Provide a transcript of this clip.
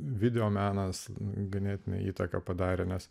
videomenas ganėtinai įtaką padarė nes